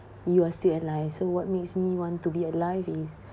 you are still alive so what makes me want to be alive is